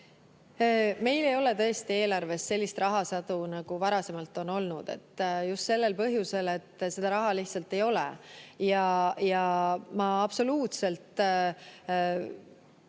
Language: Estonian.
Meil ei ole tõesti eelarves sellist rahasadu, nagu varasemalt on olnud, just sellel põhjusel, et raha lihtsalt ei ole. Ma absoluutselt